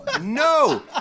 no